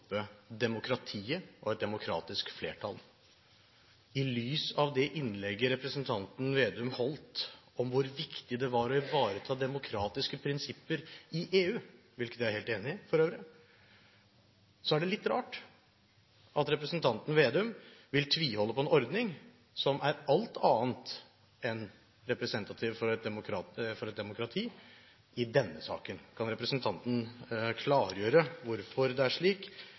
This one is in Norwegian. stoppe demokratiet og et demokratisk flertall. I lys av det innlegget representanten Slagsvold Vedum holdt om hvor viktig det var å ivareta demokratiske prinsipper i EU – hvilket jeg er helt enig i, for øvrig – er det litt rart at representanten Slagsvold Vedum vil tviholde på en ordning som er alt annet enn representativ for et demokrati i denne saken. Kan representanten klargjøre hvorfor det er slik